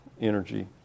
energy